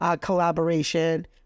collaboration